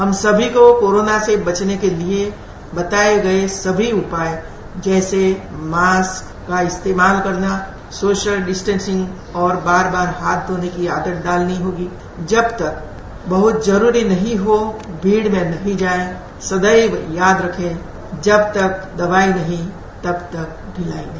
हम सभी को कोरोना से बचने के लिए बताये गये सभी उपाय जैसे मास्क का इस्तेमाल करना सोशल डिस्टेंसिंग और बार बार हाथ धोने की आदत डालनी होगी जब तक बहुत जरूरी न हो भीड़ में न जायें सदैव याद रखें जब तक दवाई नहीं तब तक ढिलाई नहीं